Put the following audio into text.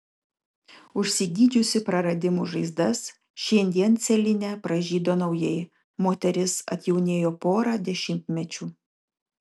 užsigydžiusi praradimų žaizdas šiandien celine pražydo naujai moteris atjaunėjo pora dešimtmečių